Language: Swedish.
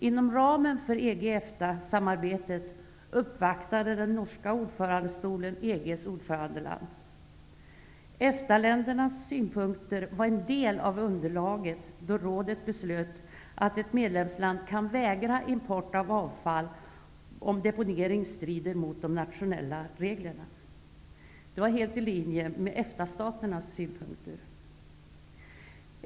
Inom ramen för EG--EFTA EFTA-ländernas synpunkter var en del av underlaget när rådet beslöt att ett medlemsland kan vägra import av avfall om deponering strider mot de nationella reglerna. Det var helt i linje med EFTA-staternas synpunkter.